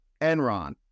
Enron